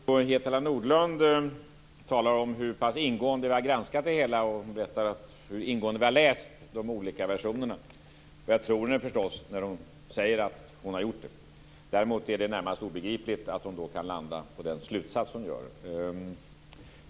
Herr talman! Barbro Hietala Nordlund talar om hur pass ingående man har granskat det hela och berättar om hur noggrant man har läst de olika versionerna. Jag tror henne förstås när hon säger att hon har gjort det. Däremot är det närmast obegripligt att hon då kan landa på den slutsats som hon drar.